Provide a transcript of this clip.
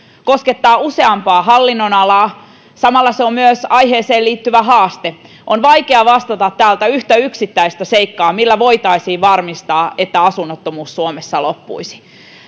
koskettaa useampaa hallinnonalaa samalla se on myös aiheeseen liittyvä haaste on vaikea vastata täältä yhtä yksittäistä seikkaa millä voitaisiin varmistaa että asunnottomuus suomessa loppuisi